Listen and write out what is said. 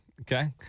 Okay